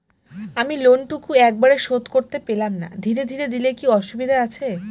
আমি লোনটুকু একবারে শোধ করতে পেলাম না ধীরে ধীরে দিলে কি অসুবিধে আছে?